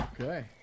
Okay